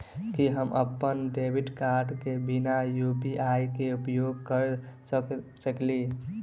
की हम अप्पन debit card केँ बिना यु.पी.आई केँ उपयोग करऽ सकलिये?